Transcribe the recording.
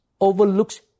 overlooks